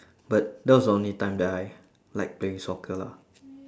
but that was the only time that I liked playing soccer lah